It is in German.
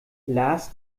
lars